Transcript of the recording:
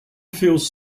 feels